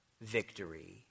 victory